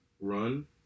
run